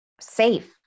safe